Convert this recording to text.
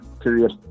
period